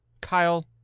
Kyle